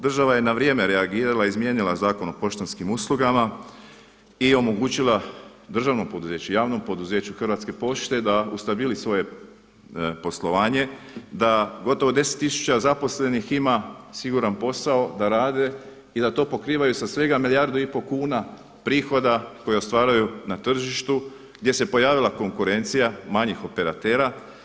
Država je na vrijeme reagirala izmijenila je Zakon o poštanskim uslugama i omogućila državnom poduzeću, javnom poduzeću Hrvatske pošte da ustabili svoje poslovanje, da gotovo deset tisuća zaposlenih ima siguran posao da rade i da to pokrivaju sa svega milijardu i pol kuna prihoda koje ostvaruju na tržištu gdje se pojavila konkurencija manjih operatera.